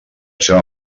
seva